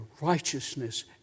righteousness